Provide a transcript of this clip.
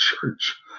church